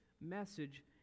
message